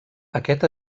aquest